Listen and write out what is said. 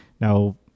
Now